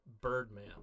Birdman